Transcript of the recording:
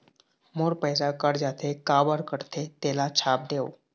मोर पैसा कट जाथे काबर कटथे तेला छाप देव?